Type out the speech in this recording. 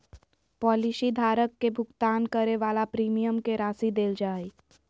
policy धारक के भुगतान करे वाला प्रीमियम के राशि देल जा हइ